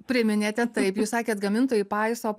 priminėte taip jūs sakėt gamintojai paiso